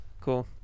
Cool